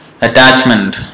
attachment